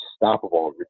unstoppable